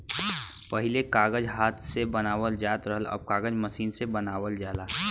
पहिले कागज हाथ से बनावल जात रहल, अब कागज मसीन से बनावल जाला